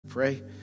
Pray